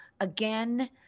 again